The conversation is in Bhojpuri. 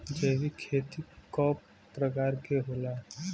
जैविक खेती कव प्रकार के होला?